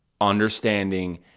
understanding